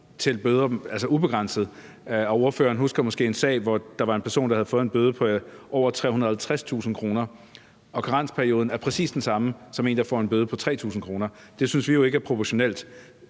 kr. – altså ubegrænset. Ordføreren husker måske en sag, hvor der var en person, der havde fået en bøde på over 350.000 kr., og karensperioden er præcis den samme som for én, der får en bøde på 3.000 kr. Det synes vi jo ikke er proportionelt.